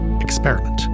experiment